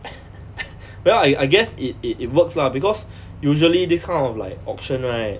well I I guess it it it works lah because usually this kind of like auction right